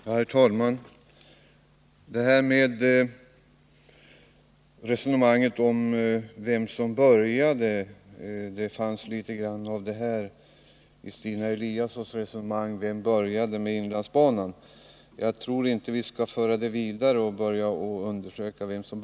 Herr talman! Resonemanget om vem som började arbeta för inlandsbanan, som det fanns litet grand av i Stina Eliassons anförande, tror jag inte att vi skall föra vidare och börja göra en undersökning om.